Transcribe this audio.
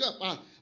up